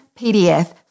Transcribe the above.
PDF